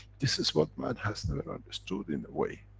this is what man has never understood in a way.